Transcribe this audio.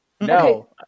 No